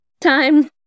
time